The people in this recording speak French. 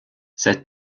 cette